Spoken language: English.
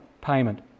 payment